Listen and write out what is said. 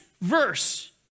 verse